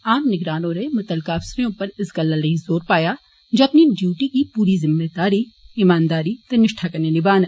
आम निगरान होरें मुतलका अफसरें उप्पर इस गल्ला लेई जोर पाया जे अपनी ड्यूटी गी पूरी जिम्मेदारी इमानदारी ते निष्ठा कन्नै निमान